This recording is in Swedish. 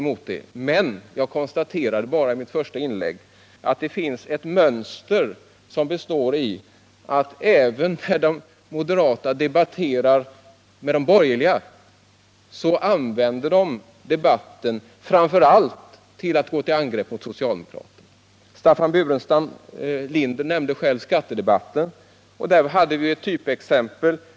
Men jag konstaterade i mitt första inlägg att det finns ett mönster som består i att moderaterna även när de debatterar med de borgerliga framför allt använder debatten till att gå till angrepp mot socialdemokraterna. Staffan Burenstam Linder nämnde själv skattedebatten, och där hade vi ett typexempel.